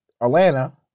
Atlanta